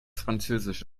französisch